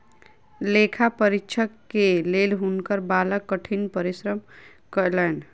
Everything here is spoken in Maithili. लेखा परीक्षक के लेल हुनकर बालक कठिन परिश्रम कयलैन